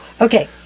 okay